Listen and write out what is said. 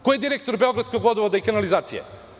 Ko je direktor Beogradskog vodovoda i kanalizacije?